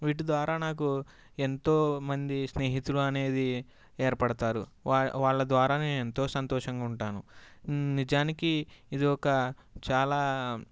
వీటి ద్వారా నాకు ఎంతోమంది స్నేహితులు అనేది ఏర్పడతారు వా వాళ్ళ ద్వారా నేను ఎంతో సంతోషంగుంటాను నిజానికి ఇదొక చాలా